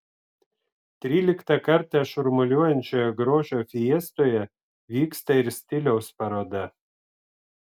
tryliktą kartą šurmuliuojančioje grožio fiestoje vyksta ir stiliaus paroda